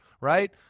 right